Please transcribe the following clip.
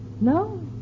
No